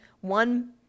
one